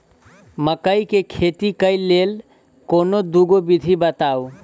मकई केँ खेती केँ लेल कोनो दुगो विधि बताऊ?